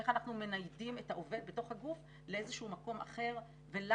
איך אנחנו מניידים את העובד בתוך הגוף לאיזשהו מקום אחר ולאו